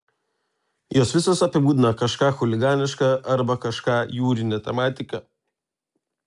jos visos apibūdina kažką chuliganiška arba kažką jūrine tematika